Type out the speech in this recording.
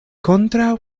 kontraŭ